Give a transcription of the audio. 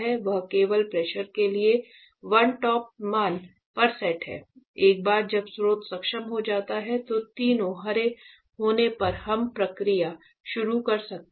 यह केवल प्रेशर के लिए वन स्टॉप मान पर सेट है एक बार जब स्रोत सक्षम हो जाता है तो तीनों हरे होने पर हम प्रक्रिया शुरू कर सकते हैं